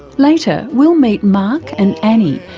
later we'll meet mark and annie,